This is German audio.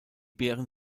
beeren